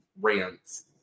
rants